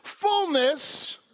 fullness